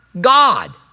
God